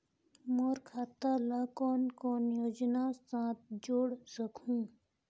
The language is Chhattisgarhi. मोर खाता ला कौन कौन योजना साथ जोड़ सकहुं?